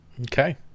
Okay